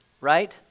right